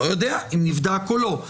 לא יודע אם נבדק או לא.